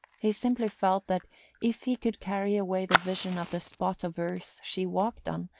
he simply felt that if he could carry away the vision of the spot of earth she walked on,